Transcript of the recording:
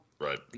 Right